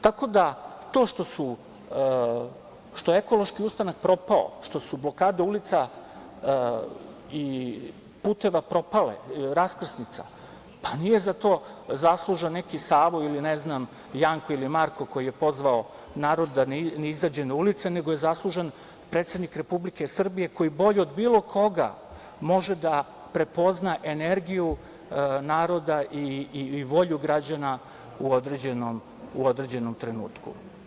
Tako da, to što je ekološki ustanak propao, što su blokade ulica i puteva propale, raskrsnica, pa nije za to zaslužan neki Savo, ili ne znam Janko ili Marko, koji je pozvao narod da ne izađe na ulice nego je zaslužan predsednik Republike Srbije koji bolje od bilo koga može da prepozna energiju naroda i volju građana u određenom trenutku.